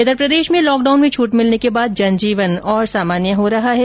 इधर प्रदेश में लॉकडाउन में छूट मिलने के बाद जनजीवन सामान्य हो रहा है